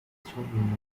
stalking